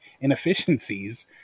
inefficiencies